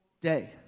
day